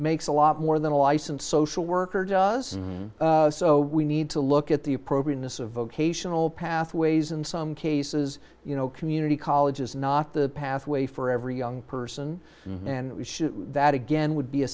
makes a lot more than a licensed social worker does and so we need to look at the appropriateness of vocational pathways in some cases you know community colleges not the pathway for every young person and we should that again would be a